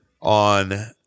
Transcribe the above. on